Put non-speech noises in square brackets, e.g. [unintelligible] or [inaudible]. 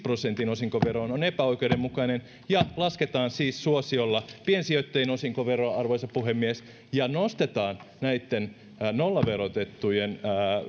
[unintelligible] prosentin osinkoveroon on epäoikeudenmukainen ja lasketaan siis suosiolla piensijoittajien osinkoveroa arvoisa puhemies ja nostetaan näitten nollaverotettujen